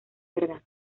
verdad